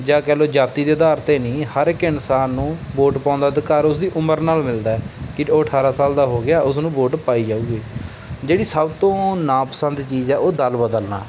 ਜਾਂ ਕਹਿ ਲਓ ਜਾਤੀ ਦੇ ਅਧਾਰ 'ਤੇ ਨਹੀਂ ਹਰ ਇੱਕ ਇਨਸਾਨ ਨੂੰ ਵੋਟ ਪਾਉਣ ਦਾ ਅਧਿਕਾਰ ਉਸਦੀ ਉਮਰ ਨਾਲ ਮਿਲਦਾ ਕਿ ਉਹ ਅਠਾਰ੍ਹਾਂ ਸਾਲ ਦਾ ਹੋ ਗਿਆ ਉਸ ਨੂੰ ਵੋਟ ਪਾਈ ਜਾਵੇਗੀ ਜਿਹੜੀ ਸਭ ਤੋਂ ਨਾਪਸੰਦ ਚੀਜ਼ ਹੈ ਉਹ ਦਲ ਬਦਲਣਾ